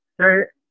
Sir